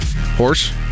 horse